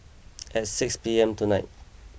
at six P M tonight